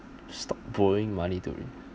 stop borrowing money to